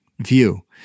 View